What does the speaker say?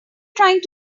trying